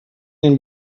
den